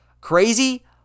crazy